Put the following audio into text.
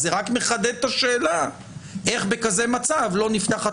אז זה רק מחדד את השאלה איך בכזה מצב לא נפתחת